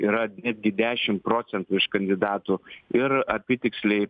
yra netgi dešim procentų iš kandidatų ir apytiksliai